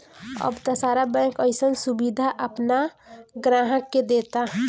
अब त सारा बैंक अइसन सुबिधा आपना ग्राहक के देता